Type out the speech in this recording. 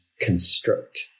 construct